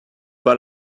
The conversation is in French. pas